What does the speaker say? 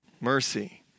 mercy